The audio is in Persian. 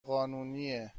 قانونیه